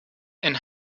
and